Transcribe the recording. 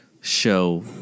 show